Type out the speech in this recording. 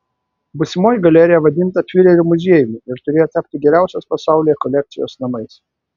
būsimoji galerija vadinta fiurerio muziejumi ir turėjo tapti geriausios pasaulyje kolekcijos namais